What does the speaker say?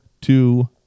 two